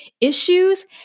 issues